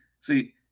see